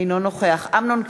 אינו נוכח אמנון כהן,